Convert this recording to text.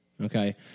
okay